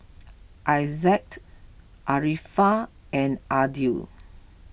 Izzat Arifa and Aidil